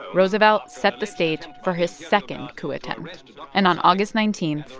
roosevelt set the stage for his second coup attempt. and on august nineteen,